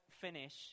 finish